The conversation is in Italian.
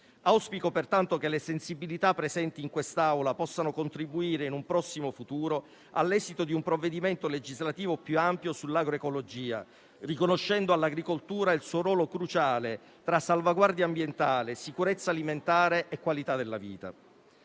Auspico pertanto che le sensibilità presenti in quest'Aula possano contribuire, in un prossimo futuro, all'esito di un provvedimento legislativo più ampio sull'agroecologia, riconoscendo all'agricoltura il suo ruolo cruciale tra salvaguardia ambientale, sicurezza alimentare e qualità della vita.